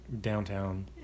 downtown